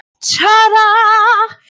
Ta-da